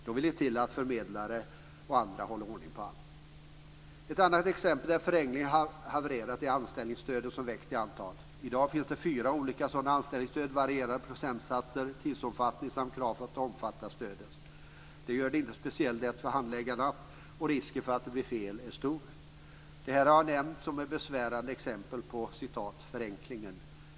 Då vill det till att förmedlare och andra håller ordning på allt. Ett annat exempel där förenklingen havererat är anställningsstöden, som växt i antal. I dag finns det fyra olika sådana anställningsstöd med varierande procentsatser, tidsomfattning samt krav för att omfattas av stödet. Det gör det inte speciellt lätt för handläggarna, och risken för att det blir fel är stor. Det här har jag nämnt som besvärande exempel på "förenklingen".